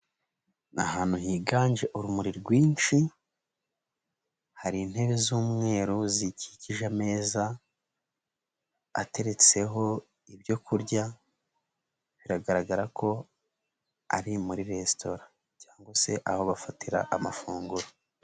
Ni ahantu higanje urumuri rwinshi, hari intebe z'umweru zikikije ameza ateretseho ibyo kurya biragaragara ko ari muri resitora cyangwa se aho bafatira amafunguro.